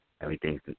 everything's